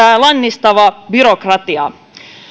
lannistava byrokratia